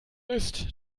ist